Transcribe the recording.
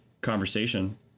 conversation